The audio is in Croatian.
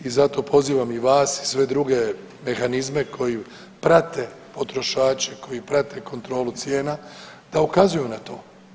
I zato pozivam i vas i sve druge mehanizme koji prate potrošače, koji prate kontrolu cijena da ukazuju na to.